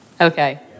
Okay